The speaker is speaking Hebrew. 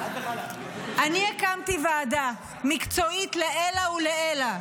אני הקמתי ועדה מקצועית לעילא ולעילא,